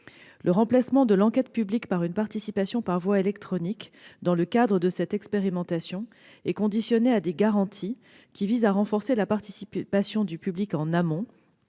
Le remplacement de l'enquête publique par une participation par voie électronique dans le cadre de l'expérimentation est conditionné à des garanties visant à renforcer la participation du public en amont-